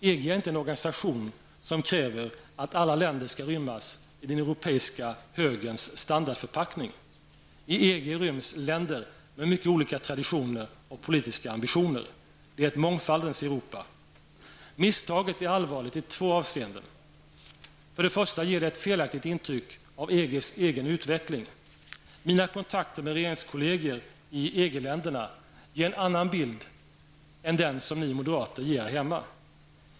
EG är inte en organisation som kräver att alla länder skall rymmas i den europeiska högerns standardförpackning. I EG ryms länder med mycket olika traditioner och politiska ambitioner. Det är ett mångfaldens Europa. Misstaget är allvarligt i två avseenden. För det första ger det ett felaktigt intryck av EGs egen utveckling. Mina kontakter med regeringskolleger i EG-länderna ger en annan bild än den som ni moderater ger här hemma.